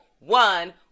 One